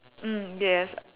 mm yes